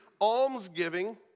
almsgiving